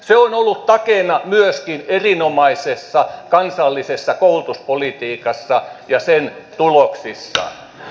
se on ollut takeena myöskin erinomaisessa kansallisessa koulutuspolitiikassa ja sen tuloksissa ja